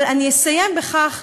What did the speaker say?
אני אסיים בכך,